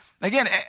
Again